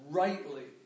rightly